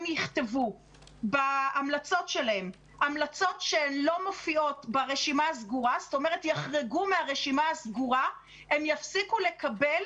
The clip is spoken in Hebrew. יכתבו בהמלצות שלהם המלצות שלא מופיעות ברשימה הסגורה הם יפסיקו לקבל